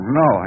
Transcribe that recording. no